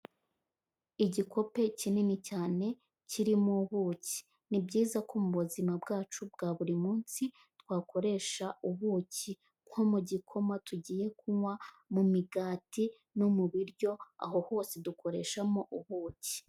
Igikope kinini cyane kirimo ubuki. Ni byiza ko mu buzima bwacu bwa buri munsi, twakoresha ubuki nko mu gikoma tugiye kunywa, mu migati no mu biryo aho hose dukoreshamo ubuki.